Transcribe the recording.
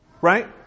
Right